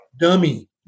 dummy